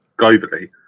globally